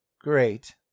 Great